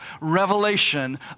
revelation